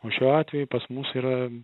o šiuo atveju pas mus yra